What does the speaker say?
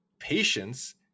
patience